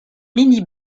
mini